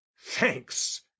thanks